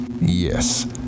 Yes